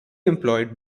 employed